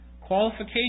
qualification